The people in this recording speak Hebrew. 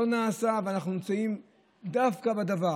לא נעשה, ואנחנו נמצאים דווקא בדבר